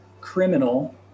criminal-